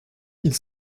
ils